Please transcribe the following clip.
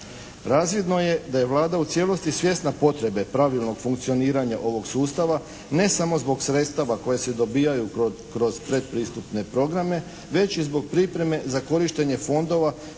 Razvidno je da je Vlada u cijelosti svjesna potrebe pravilnost funkcioniranja ovog sustava ne samo zbog sredstava koji se dobivaju kroz predpristupne programe, već i zbog pripreme za korištenje fondova